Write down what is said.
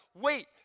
wait